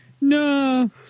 no